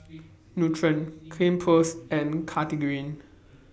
Nutren Cleanz Plus and Cartigain